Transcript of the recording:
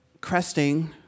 cresting